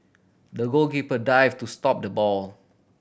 the goalkeeper dive to stop the ball